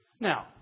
Now